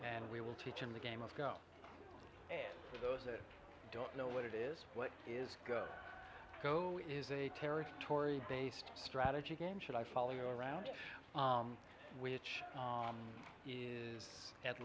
and we will teach him the game of go and for those that don't know what it is what is go go is a territory based strategy game should i follow you around which is at